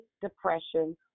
depression